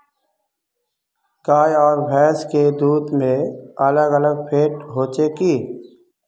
गाय आर भैंस के दूध में अलग अलग फेट होचे की?